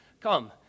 come